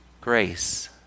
grace